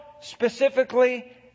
specifically